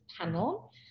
panel